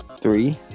Three